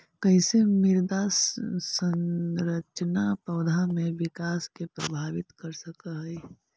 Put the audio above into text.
कईसे मृदा संरचना पौधा में विकास के प्रभावित कर सक हई?